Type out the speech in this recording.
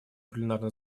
пленарном